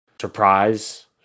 surprise